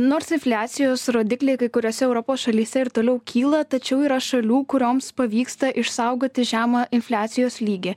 nors infliacijos rodikliai kai kuriose europos šalyse ir toliau kyla tačiau yra šalių kurioms pavyksta išsaugoti žemą infliacijos lygį